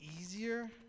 easier